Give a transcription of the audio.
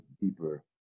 deeper